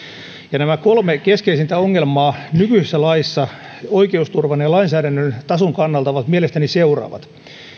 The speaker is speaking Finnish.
ja nämä kolme keskeisintä ongelmaa nykyisessä laissa oikeusturvan ja lainsäädännön tason kannalta ovat mielestäni seuraavat